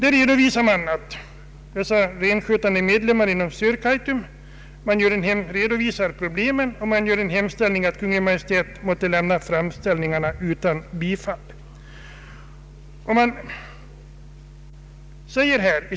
I framställningen redovisas problemen, och man gör en hemställan om att Kungl. Maj:t måtte lämna ansökan om tillstånd till intrång utan bifall.